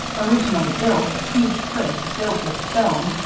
originally built of huge cribs filled with stone,